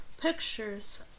Pictures